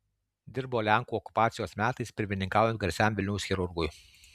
dirbo lenkų okupacijos metais pirmininkaujant garsiam vilniaus chirurgui